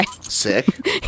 Sick